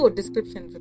description